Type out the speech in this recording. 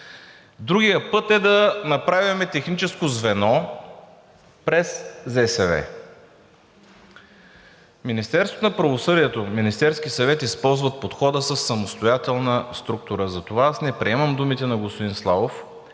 Другият път е да направим техническо звено през ЗСВ. Министерството на правосъдието в Министерски съвет използва подхода със самостоятелна структура. Затова аз не приемам думите на господин Славов,